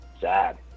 sad